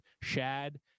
Shad